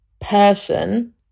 person